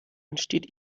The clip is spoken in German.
entsteht